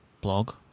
blog